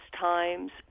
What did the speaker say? times